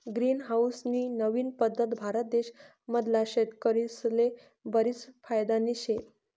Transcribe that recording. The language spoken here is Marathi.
ग्रीन हाऊस नी नवीन पद्धत भारत देश मधला शेतकरीस्ले बरीच फायदानी शे